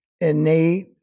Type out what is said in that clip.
innate